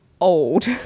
old